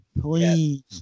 Please